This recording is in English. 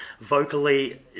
Vocally